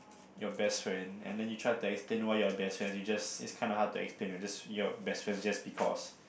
your best friend and then you try to explain why you're best friends you just it's kinda hard to explain you're best friends just because